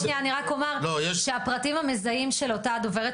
אני רק אומר שהפרטים המזהים של אותה דוברת